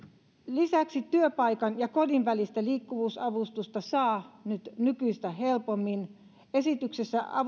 lisäksi työpaikan ja kodin välistä liikkuvuusavustusta saa nyt nykyistä helpommin esityksen mukaan